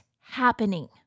happening